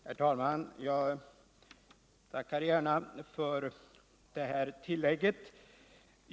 Herr talman! Jag vill gärna tacka för det här tillägget.